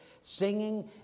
singing